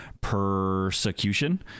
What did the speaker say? Persecution